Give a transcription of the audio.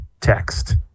text